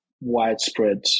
widespread